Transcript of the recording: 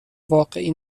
واقعی